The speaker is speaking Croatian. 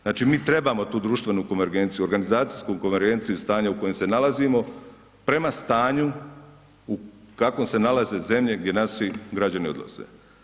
Znači mi trebamo tu društvenu konvergenciju, organizacijsku konvergenciju stanja u kojem se nalazimo prema stanju u kakvom se nalaze zemlje gdje naši građani odlaze.